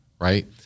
right